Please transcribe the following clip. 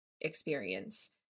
experience